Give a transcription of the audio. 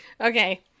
Okay